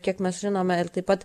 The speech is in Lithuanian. kiek mes žinome ir taip pat